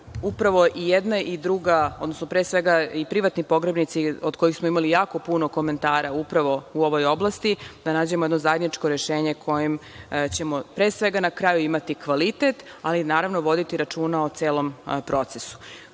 upravo i jedne i druge, odnosno pre svega i privatni pogrebnici, od kojih smo imali jako puno komentara upravo u ovoj oblasti, da nađemo jedno zajedničko rešenje, kojim ćemo, pre svega na kraju, imati kvalitet, ali i voditi računa o celom procesu. Kod